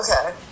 Okay